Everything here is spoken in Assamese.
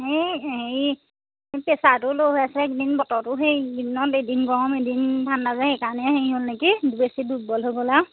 এই হেৰি পেচাৰতোও ল' হৈ আছে এইকেইদিন বতৰতোও এইকেইদিন এদিন গৰম এদিন ঠাণ্ডা যে সেইকাৰণে হেৰি হ'ল নেকি বেছি দুৰ্বল হৈ গ'ল আৰু